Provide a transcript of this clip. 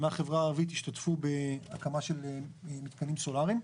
מהחברה הערבית השתפו בהקמה של מתקנים סולאריים,